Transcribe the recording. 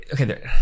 okay